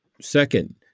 second